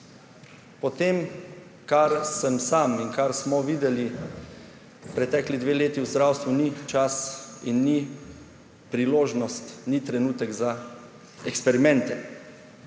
Po tem, kar sem sam in kar smo videli pretekli dve leti v zdravstvu, ni čas in ni priložnost, ni trenutek za eksperimente,